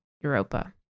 Europa